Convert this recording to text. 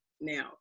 now